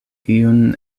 iun